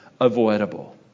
avoidable